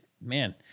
man